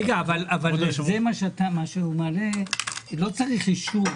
מה שאתה מעלה לא מצריך חקיקה.